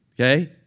okay